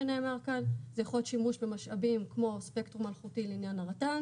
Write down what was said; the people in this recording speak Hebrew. זה יכול להיות שימוש במשאבים כמו ספקטרום אלחוטי לעניין הרט"ן